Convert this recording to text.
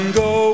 go